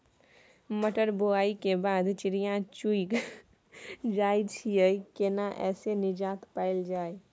मटर बुआई के बाद चिड़िया चुइग जाय छियै केना ऐसे निजात पायल जाय?